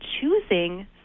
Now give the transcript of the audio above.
choosing